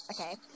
Okay